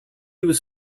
was